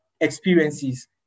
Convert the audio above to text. experiences